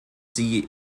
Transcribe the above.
sie